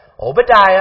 Obadiah